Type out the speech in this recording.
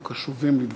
אנחנו קשובים לדברייך.